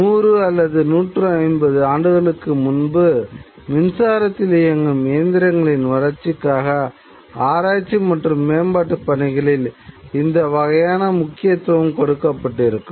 நூறு அல்லது நூற்று ஐம்பது ஆண்டுகளுக்கு முன்பு மின்சாரத்தில் இயங்கும் இயந்திரங்களின் வளர்ச்சிக்காக ஆராய்ச்சி மற்றும் மேம்பாட்டு பணிகளில் இந்த வகையான முக்கியத்துவம் கொடுக்கப்பட்டிருக்கும்